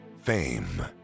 Fame